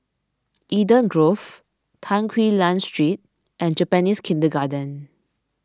Eden Grove Tan Quee Lan Street and Japanese Kindergarten